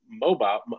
mobile